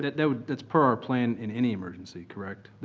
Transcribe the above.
that would that's per our plan in any emergency, correct?